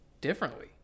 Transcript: differently